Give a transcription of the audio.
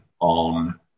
on